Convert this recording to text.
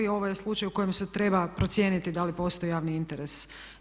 Ovo je slučaj u kojem se treba procijeniti da li postoji javni interes.